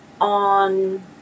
on